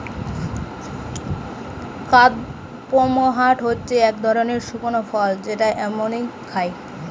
কাদপমহাট হচ্ছে এক ধরনের শুকনো ফল যেটা এমনই খায়